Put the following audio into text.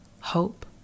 hope